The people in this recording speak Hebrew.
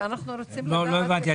לא הבנתי.